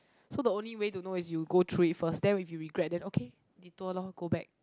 so the only way to know is you go through it first then if you regret then okay detour lor go back